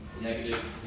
negative